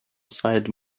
side